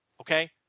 Okay